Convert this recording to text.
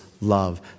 love